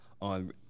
on